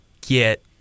get